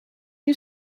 you